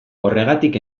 horregatik